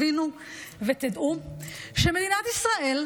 הבינו ודעו שמדינת ישראל,